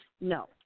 no